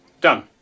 Done